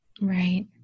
Right